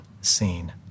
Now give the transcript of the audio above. scene